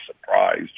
surprised